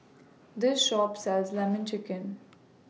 This Shop sells Lemon Chicken